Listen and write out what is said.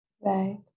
Right